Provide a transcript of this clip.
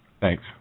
Thanks